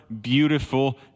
beautiful